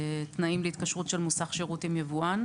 לתנאים של התקשרות של מוסך השירות עם היבואן,